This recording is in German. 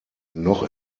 noch